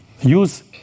use